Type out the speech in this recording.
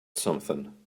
something